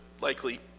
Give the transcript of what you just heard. likely